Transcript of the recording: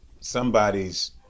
somebody's